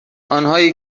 آنهایی